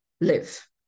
live